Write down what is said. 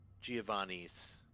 Giovanni's